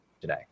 today